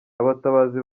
abatabazi